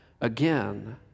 again